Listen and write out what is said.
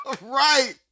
Right